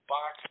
Box